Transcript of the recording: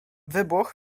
wybuch